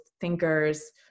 thinkers